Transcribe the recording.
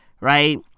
right